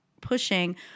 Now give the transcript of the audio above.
pushing